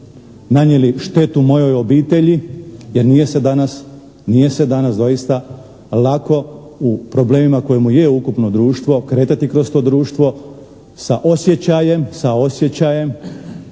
nanijeli štetu mojoj obitelji jer nije se danas doista lako u problemima u kojima je ukupno društvo kretati kroz to društvo sa osjećajem kojeg